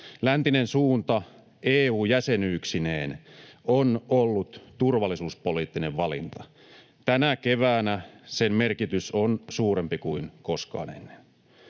Läntinen suunta EU-jäsenyyksineen on ollut turvallisuuspoliittinen valinta. Tänä keväänä sen merkitys on suurempi kuin koskaan ennen.